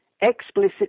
explicit